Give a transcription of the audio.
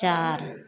चार